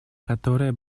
которая